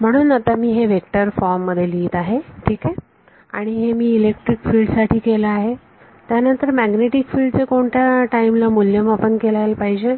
म्हणून आत्ता मी हे वेक्टर फॉर्म मध्ये लिहीत आहे ठीक आहे आणि हे मी इलेक्ट्रिक फिल्ड साठी केले आहे त्यानंतर मॅग्नेटिक फिल्ड चे कोणत्या टाईम ला मूल्यमापन करायला पाहिजे